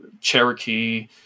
Cherokee